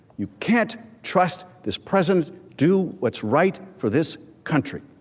you can't trust this president. do what's right for this country.